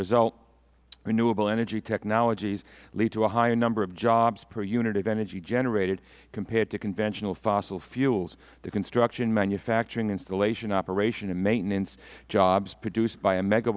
result renewable energy technologies lead to a higher number of jobs per unit of energy generated compared to conventional fossil fuels the construction manufacturing installation operation and maintenance jobs produced by a mega